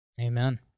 Amen